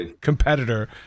competitor